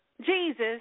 Jesus